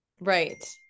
Right